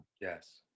yes